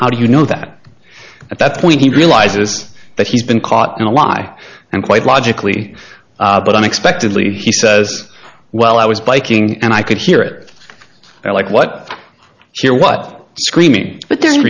how do you know that at that point he realizes that he's been caught in a lie and quite logically but i expected lee he says well i was biking and i could hear it or like what here what scream but there